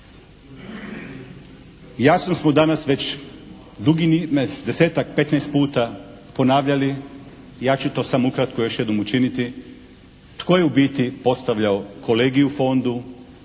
Jasno smo danas već dugi niz, desetak, petnaest puta ponavljali i ja ću to samo ukratko još jednom učiniti, tko je u biti postavljao kolegij u fondu?